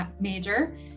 major